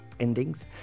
Endings